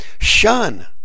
Shun